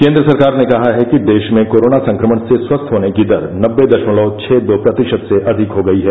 केन्द्र सरकार ने कहा है कि देश में कोरोना संक्रमण से स्वस्थ होने की दर नबे दशमलव छह दो प्रतिशत से अधिक हो गई है